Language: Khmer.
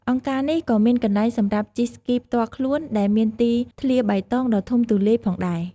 អង្គការនេះក៏មានកន្លែងសម្រាប់ជិះស្គីផ្ទាល់ខ្លួន ដែលមានទីធ្លាបៃតងដ៏ធំទូលាយផងដែរ។